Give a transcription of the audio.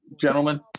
gentlemen